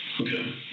Okay